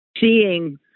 Seeing